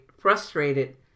frustrated